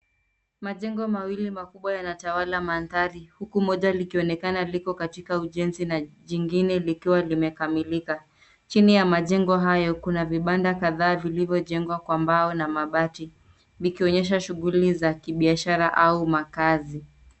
Majengo mawili makubwa yanatawala mandhari huku moja likonekana liko katika ujenzi na jingine likiwa limekamilika. Chini ya majengo hayo kuna vibanda kadhaa vilivyo jengwa kwa mbao na mabati vikionyesha shughuli za kibiashara au makazi.